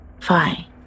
Fine